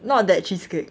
not that cheesecake